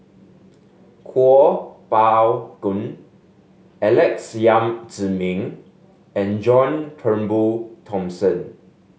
Kuo Pao Kun Alex Yam Ziming and John Turnbull Thomson